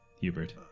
Hubert